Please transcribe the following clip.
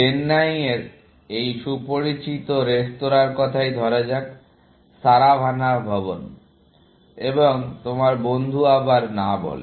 চেন্নাইয়ের এই সুপরিচিত রেস্তোরাঁর কথাই ধরা যাক সারাভানা ভবন এবং তোমার বন্ধু আবার না বলে